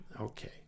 Okay